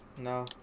No